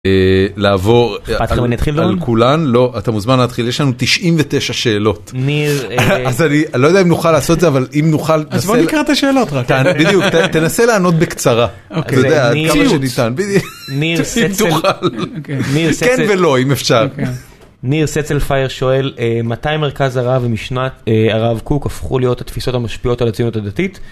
לעבור את כולם לא אתה מוזמן להתחיל 99 שאלות ניר אז אני לא יודע אם נוכל לעשות זה אבל אם נוכל תנסה לענות בקצרה. ניר סצלפייר שואל מתי מרכז הרב משנת הרב קוק הפכו להיות התפיסות המשפיעות על הציונות הדתית.